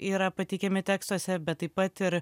yra pateikiami tekstuose bet taip pat ir